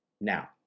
Now